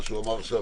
מה שהוא אמר עכשיו,